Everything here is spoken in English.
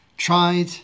tried